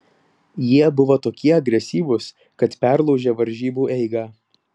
jie buvo tokie agresyvūs kad perlaužė varžybų eigą